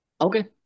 Okay